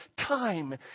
time